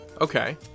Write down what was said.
Okay